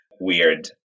weird